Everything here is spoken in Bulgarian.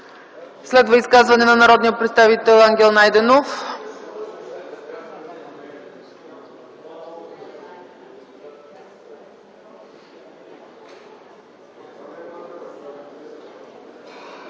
Следва изказване на народния представител Ангел Найденов.